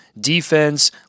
defense